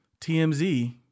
TMZ